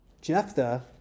Jephthah